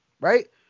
Right